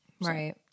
Right